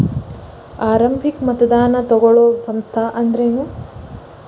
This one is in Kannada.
ಆರಂಭಿಕ್ ಮತದಾನಾ ತಗೋಳೋ ಸಂಸ್ಥಾ ಅಂದ್ರೇನು?